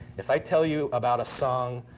if i tell you about a song,